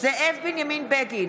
זאב בנימין בגין,